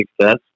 success